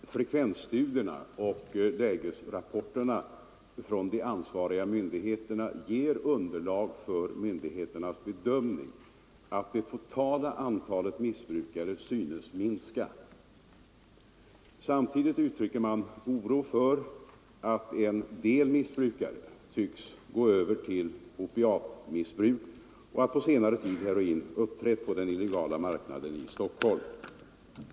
Herr talman! Både frekvensstudierna och lägesrapporterna från de ansvariga myndigheterna ger underlag för myndigheternas bedömning att det totala antalet missbrukare synes minska. Samtidigt uttrycker man dock oro över att en del missbrukare tycks gå över till opiatmissbruk och att heroin på senare tid har uppträtt på den illegala marknaden i Stockholm.